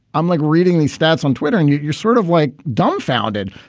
i'm like reading these stats on twitter and you're sort of like dumbfounded.